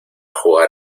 jugar